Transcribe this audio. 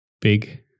Big